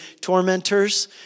tormentors